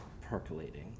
percolating